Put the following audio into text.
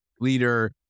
leader